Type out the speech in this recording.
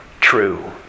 true